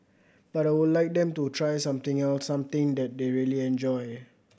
but I would like them to try something else something that they really enjoy